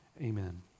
Amen